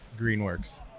Greenworks